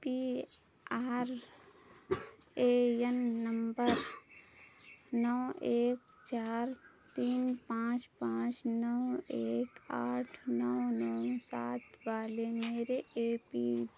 P R A N number नौ एक चार तीन पाँच पाँच नौ एक आठ नौ नौ सात वाले मेरे ए पी